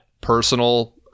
personal